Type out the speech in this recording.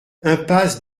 impasse